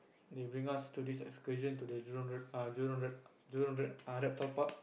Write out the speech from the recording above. they bring us to this excursion to the Jurong Jurong Jurong err Reptile Park